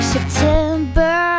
September